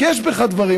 כי יש בך דברים,